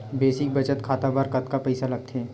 Basic बचत खाता बर कतका पईसा लगथे?